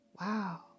Wow